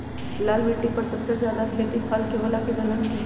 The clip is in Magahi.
लाल मिट्टी पर सबसे ज्यादा खेती फल के होला की दलहन के?